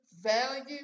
value